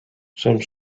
some